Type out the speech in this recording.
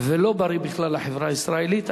ולא בריא בכלל לחברה הישראלית.